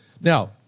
Now